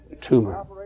tumor